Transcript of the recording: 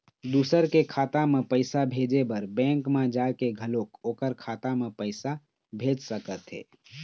दूसर के खाता म पइसा भेजे बर बेंक म जाके घलोक ओखर खाता म पइसा भेज सकत हे